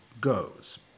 goes